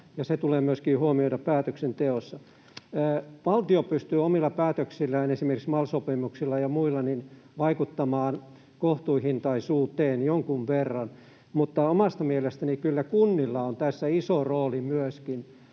se tulee myöskin huomioida päätöksenteossa. Valtio pystyy omilla päätöksillään, esimerkiksi MAL-sopimuksilla ja muilla, vaikuttamaan kohtuuhintaisuuteen jonkun verran, mutta omasta mielestäni kyllä kunnilla on myöskin iso rooli siinä,